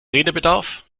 redebedarf